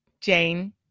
Jane